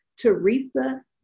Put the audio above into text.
Teresa